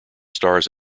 stars